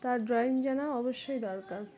তার ড্রয়িং জানা অবশ্যই দরকার